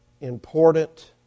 important